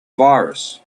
virus